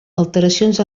alteracions